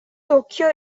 tokyo